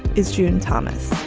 is june thomas.